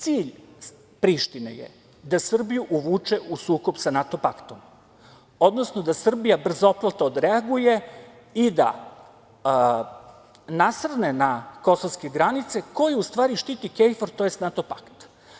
Cilj Prištine je da Srbiju uvuče u sukob sa NATO paktom, odnosno da Srbija brzopleto odreaguje i da nasrne na kosovske granice koje u stvari štiti KFOR, tj. NATO pakt.